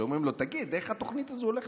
שאומרים לו: תגיד, איך התוכנית הולכת?